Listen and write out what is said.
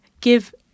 give